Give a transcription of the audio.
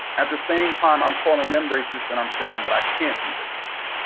at the same time, i'm calling them racist and i'm saying that i can't be racist.